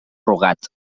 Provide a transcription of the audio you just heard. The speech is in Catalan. rugat